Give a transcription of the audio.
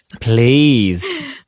Please